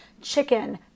chicken